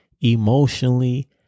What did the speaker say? emotionally